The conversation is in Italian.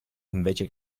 invece